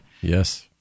Yes